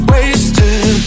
Wasted